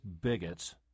bigots